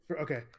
Okay